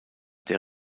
der